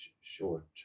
short